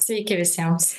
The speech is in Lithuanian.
sveiki visiems